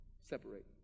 separate